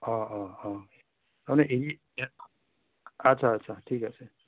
অঁ অঁ অঁ তাৰমানে এৰী ইয়াক আচ্ছা আচ্ছা ঠিক আছে